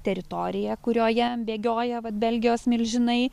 teritorija kurioje bėgioja vat belgijos milžinai